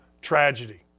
tragedy